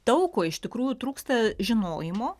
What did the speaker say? daug ko iš tikrųjų trūksta žinojimo